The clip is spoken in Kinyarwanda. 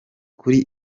kuri